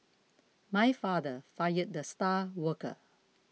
my father fired the star worker